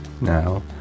now